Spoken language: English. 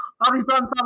horizontal